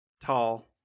tall